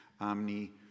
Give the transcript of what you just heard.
Omni